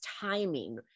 timing